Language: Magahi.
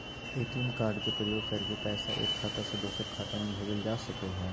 ए.टी.एम कार्ड के प्रयोग करके पैसा एक खाता से दोसर खाता में भेजल जा सको हय